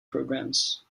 programs